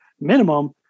minimum